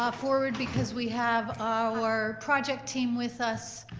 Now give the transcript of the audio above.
ah forward, because we have our project team with us.